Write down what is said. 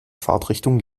fahrtrichtung